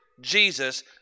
Jesus